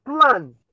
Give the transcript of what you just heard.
plan